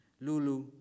Lulu